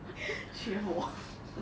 学我啊